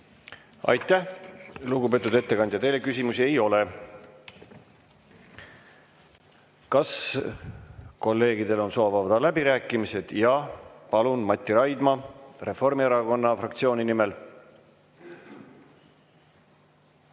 Aitäh, lugupeetud ettekandja! Teile küsimusi ei ole. Kas kolleegidel on soov avada läbirääkimised? Jaa. Palun, Mati Raidma! Reformierakonna fraktsiooni nimel.